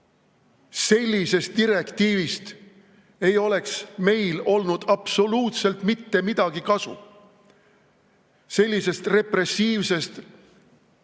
sellisest direktiivist ei oleks meil olnud absoluutselt mitte midagi kasu. Sellisest repressiivsest